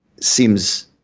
seems